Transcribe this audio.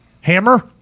hammer